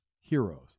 heroes